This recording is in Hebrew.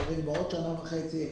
הלוואי כל שנה וחצי.